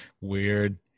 Weird